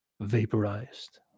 vaporized